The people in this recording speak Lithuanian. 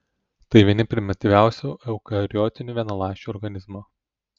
tai vieni primityviausių eukariotinių vienaląsčių organizmų